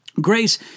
Grace